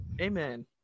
Amen